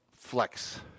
flex